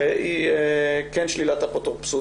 היא כן שלילת אפוטרופסות,